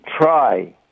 try